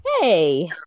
Hey